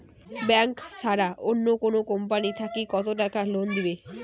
Bank ছাড়া অন্য কোনো কোম্পানি থাকি কত টাকা লোন দিবে?